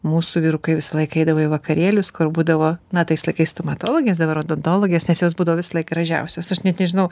mūsų vyrukai visą laiką eidavo į vakarėlius kur būdavo na tais laikais stomatologės dabar odontologės nes jos būdavo visąlaik gražiausios aš net nežinau